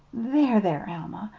there, there, alma,